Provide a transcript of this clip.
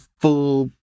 full